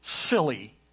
silly